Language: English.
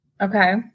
Okay